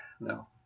No